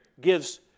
gives